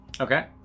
Okay